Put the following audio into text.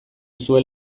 zuen